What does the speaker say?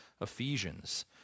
Ephesians